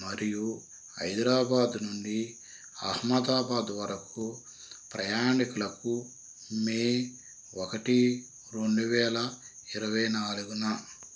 మరియు హైదరాబాదు నుండి అహ్మదాబాదు వరకు ప్రయాణికులకు మే ఒకటి రెండువేల ఇరవై నాలుగున